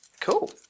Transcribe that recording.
Cool